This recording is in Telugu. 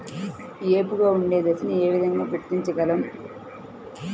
ఏపుగా ఉండే దశను ఏ విధంగా గుర్తించగలం?